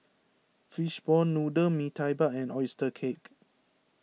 Fishball Noodle Mee Tai Mak and Oyster Cake